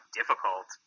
difficult